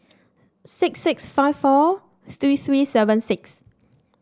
six six five four three three seven six